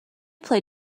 play